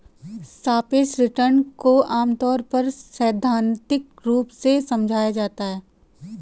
सापेक्ष रिटर्न को आमतौर पर सैद्धान्तिक रूप से समझाया जाता है